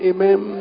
Amen